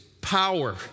power